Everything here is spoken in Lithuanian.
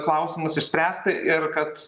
klausimus išspręsti ir kad